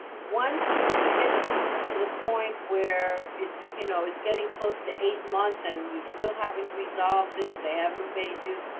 once you get to to the point where it's you know, it's getting close to eight months and you still haven't resolved this, they haven't paid you,